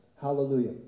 Hallelujah